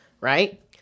right